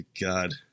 god